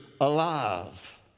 alive